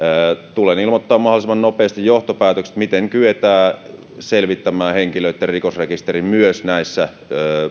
tulen ilmoittamaan mahdollisimman nopeasti johtopäätökset miten kyetään selvittämään henkilöitten rikosrekisteri myös näissä